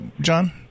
John